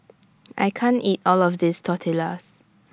I can't eat All of This Tortillas